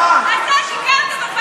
אבל אני לא אמרתי את זה,